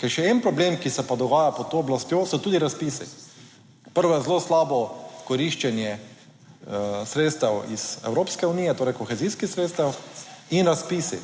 Ker še en problem, ki se pa dogaja pod to oblastjo, so tudi razpisi. Prvo je zelo slabo koriščenje sredstev iz Evropske unije, torej kohezijskih sredstev in razpisi.